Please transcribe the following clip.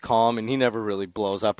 call and he never really blows up